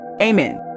Amen